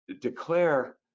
declare